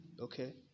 Okay